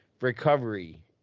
recovery